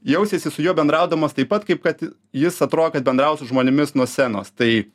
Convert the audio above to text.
jausiesi su juo bendraudamas taip pat kaip kad jis atrodo kad bendrauja su žmonėmis nuo scenos tai